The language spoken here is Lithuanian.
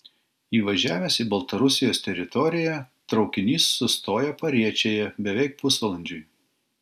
įvažiavęs į baltarusijos teritoriją traukinys sustoja pariečėje beveik pusvalandžiui